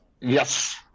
Yes